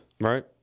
Right